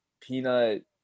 peanut